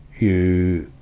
you,